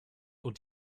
und